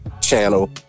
channel